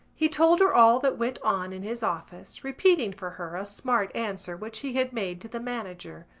he told her all that went on in his office, repeating for her a smart answer which he had made to the manager.